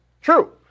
true